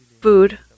food